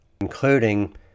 including